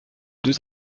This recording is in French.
deux